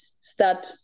start